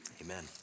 Amen